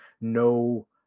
no